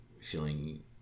feeling